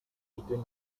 between